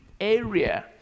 area